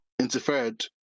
interfered